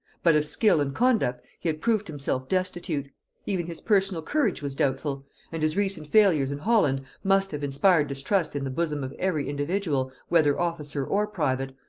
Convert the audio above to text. but of skill and conduct he had proved himself destitute even his personal courage was doubtful and his recent failures in holland must have inspired distrust in the bosom of every individual, whether officer or private,